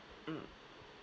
mm